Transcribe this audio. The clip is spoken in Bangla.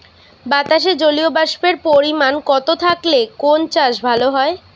বাতাসে জলীয়বাষ্পের পরিমাণ কম থাকলে কোন চাষ ভালো হয়?